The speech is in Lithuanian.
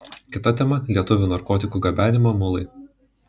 kita tema lietuvių narkotikų gabenimo mulai